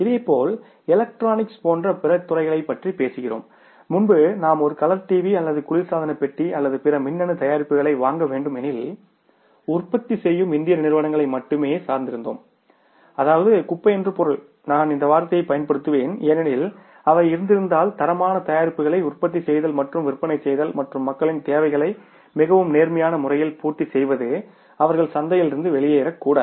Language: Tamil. இதேபோல் எலக்ட்ரானிக்ஸ் போன்ற பிற துறைகளைப் பற்றியும் பேசுகிறோம் முன்பு நாம் ஒரு கலர் டிவி அல்லது குளிர்சாதன பெட்டி அல்லது பிற மின்னணு தயாரிப்புகளை வாங்க வேண்டும் எனில் உற்பத்தி செய்யும் இந்திய நிறுவனங்களை மட்டுமே நாம் சார்ந்து இருந்தோம் அதாவது குப்பை என்று பொருள் நான் இந்த வார்த்தையை பயன்படுத்துவேன் ஏனெனில் அவை இருந்திருந்தால் தரமான தயாரிப்புகளை உற்பத்தி செய்தல் மற்றும் விற்பனை செய்தல் மற்றும் மக்களின் தேவைகளை மிகவும் நேர்மையான முறையில் பூர்த்தி செய்வது அவர்கள் சந்தையிலிருந்து வெளியேறக்கூடாது